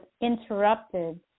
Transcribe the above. interrupted